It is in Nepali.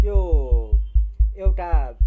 त्यो एउटा